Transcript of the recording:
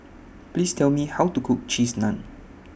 Please Tell Me How to Cook Cheese Naan